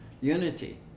unity